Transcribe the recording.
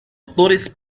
actores